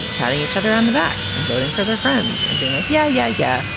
patting each other on the back and voting for their friends and being like, yeah, yeah, yeah,